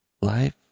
life